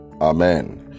Amen